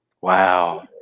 Wow